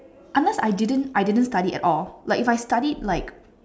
unless I didn't I didn't study at all like if I study like